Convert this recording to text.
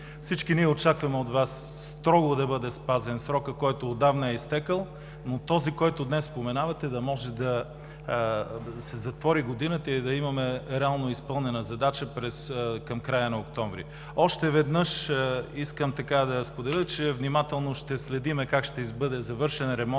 Всички ние очаквахме от Вас строго да бъде спазен срокът, който отдавна е изтекъл, но с този, който днес споменавате, да може да се затвори годината и да имаме реално изпълнена задача към края на октомври. Още веднъж искам да споделя, че внимателно ще следим как ще бъде завършен ремонтът